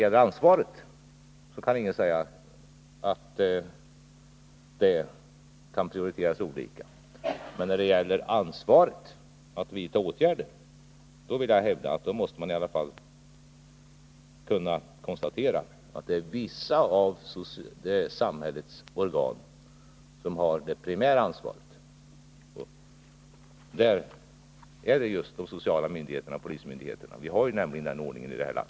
Ingen kan komma och säga att ansvaret kan prioriteras olika. När det gäller ansvaret för att åtgärder vidtas vill jag däremot hävda att vissa av samhällets organ har det primära ansvaret. Jag avser då just de sociala myndigheterna och polismyndigheterna. Vi har ju den ordningen här i landet.